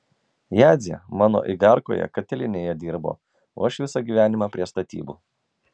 jadzė mano igarkoje katilinėje dirbo o aš visą gyvenimą prie statybų